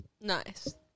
Nice